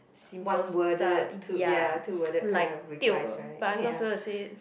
simple stuff ya like tio but I'm not supposed to say